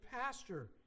pastor